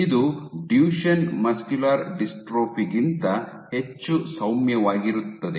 ಇದು Duchenne muscular dystrophy ಗಿಂತ ಹೆಚ್ಚು ಸೌಮ್ಯವಾಗಿರುತ್ತದೆ